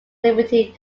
liberty